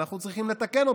ואנחנו צריכים לתקן אותו,